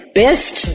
best